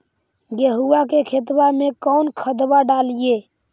गेहुआ के खेतवा में कौन खदबा डालिए?